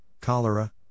cholera